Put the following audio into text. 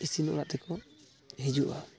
ᱤᱥᱤᱱ ᱚᱲᱟᱜ ᱛᱮᱠᱚ ᱦᱤᱡᱩᱜᱼᱟ